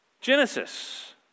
Genesis